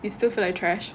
you still feel like trash